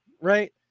Right